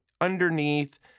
underneath